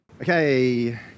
Okay